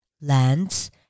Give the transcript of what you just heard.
lands